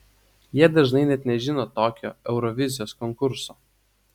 jie dažnai net nežino tokio eurovizijos konkurso